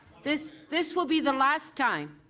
this this will be the last time.